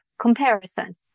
comparison